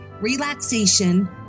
relaxation